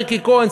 ריקי כהן,